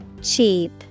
Cheap